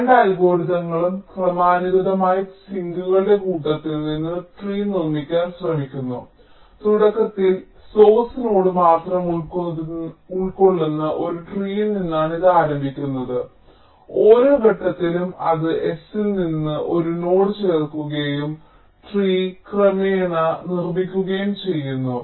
രണ്ട് അൽഗോരിതങ്ങളും ക്രമാനുഗതമായി സിങ്കുകളുടെ കൂട്ടത്തിൽ നിന്ന് ട്രീ നിർമ്മിക്കാൻ ശ്രമിക്കുന്നു തുടക്കത്തിൽ സോഴ്സ് നോഡ് മാത്രം ഉൾക്കൊള്ളുന്ന ഒരു ട്രീൽ നിന്നാണ് ഇത് ആരംഭിക്കുന്നത് ഓരോ ഘട്ടത്തിലും അത് S ൽ നിന്ന് ഒരു നോഡ് ചേർക്കുകയും ട്രീ ക്രമേണ നിർമ്മിക്കുകയും ചെയ്യുന്നു